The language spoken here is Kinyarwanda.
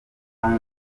hano